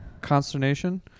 consternation